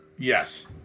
Yes